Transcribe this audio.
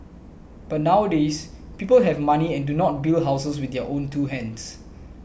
but nowadays people have money and do not build houses with their own two hands